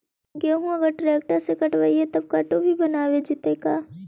गेहूं अगर ट्रैक्टर से कटबइबै तब कटु भी बनाबे जितै का?